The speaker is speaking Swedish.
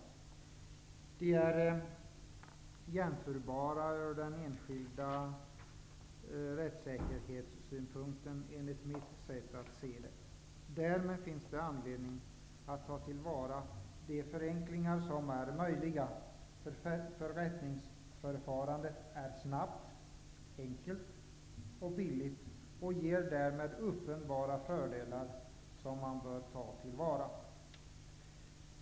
Förfarandena är jämförbara från den enskildes rättssäkerhetssynpunkt, enligt mitt sätt att se. Därmed finns det anledning att ta till vara de förenklingar som är möjliga. Förrättningsförfarandet är snabbt, enkelt och billigt och ger därmed uppenbara fördelar som bör tas till vara.